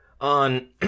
On